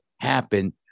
happen